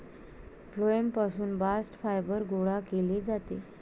phloem पासून bast fibre गोळा केले जाते